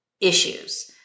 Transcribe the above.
issues